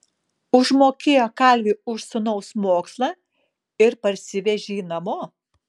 užmokėjo kalviui už sūnaus mokslą ir parsivežė jį namo